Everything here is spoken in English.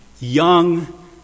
young